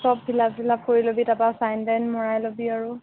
চব fill up seal up কৰি ল'বি তাৰপৰা চাইন তাইন মৰাই ল'বি আৰু